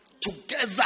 together